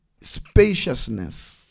spaciousness